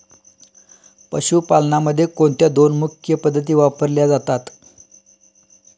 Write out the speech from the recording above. पशुपालनामध्ये कोणत्या दोन मुख्य पद्धती वापरल्या जातात?